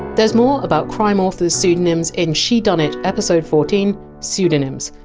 there! s more about crime authors! pseudonyms in shedunnit episode fourteen! pseudonyms,